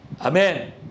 amen